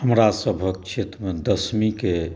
हमरा सभहक क्षेत्र मे दसमी के